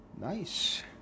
Nice